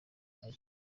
maj